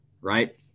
right